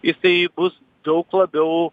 jisai bus daug labiau